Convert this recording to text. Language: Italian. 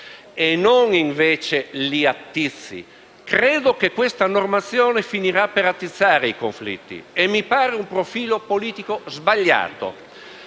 e non che li attizzi. Credo che questa normazione finirà per attizzare i conflitti, e mi pare un profilo politico sbagliato.